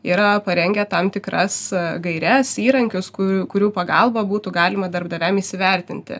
yra parengę tam tikras gaires įrankius kurių kurių pagalba būtų galima darbdaviam įsivertinti